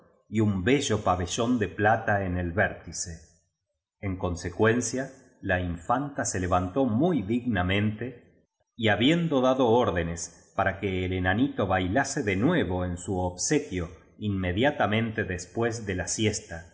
y un bolló pabellón de plata en el vértice en consecuencia la infanta se levantó muy dignamente y ha biendo dado órdenes para que el enanito bailase de nuevo en su obsequio inmediatamente después de la siesta